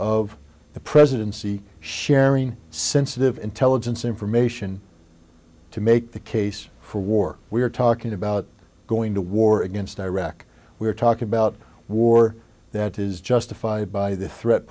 of the presidency sharing sensitive intelligence information to make the case for war we are talking about going to war against iraq we're talking about war that is justified by the threat